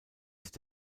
ist